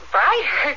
Brighter